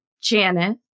Janet